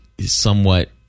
somewhat